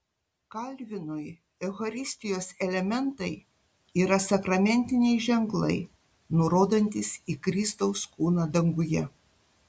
kalvinui eucharistijos elementai yra sakramentiniai ženklai nurodantys į kristaus kūną danguje